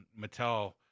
Mattel